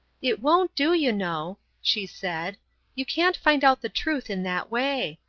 it won't do, you know, she said you can't find out the truth in that way.